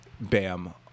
bam